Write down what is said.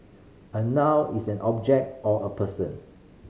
a noun is an object or a person